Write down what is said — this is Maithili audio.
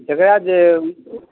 जकरा जे